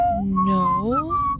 No